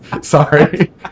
sorry